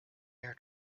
air